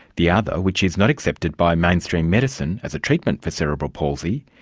the other, which is not accepted by mainstream medicine as a treatment for cerebral palsy,